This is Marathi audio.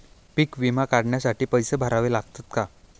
पीक विमा काढण्यासाठी पैसे भरावे लागतात का?